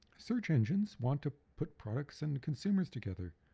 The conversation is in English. search engines want to put products and consumers together,